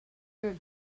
were